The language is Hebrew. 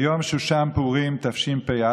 ביום שושן פורים תשפ"א,